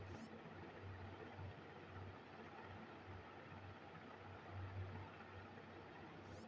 शुल्क के बहुत सी श्रीणिय में विभक्त कइल जा सकले है